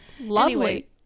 Lovely